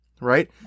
right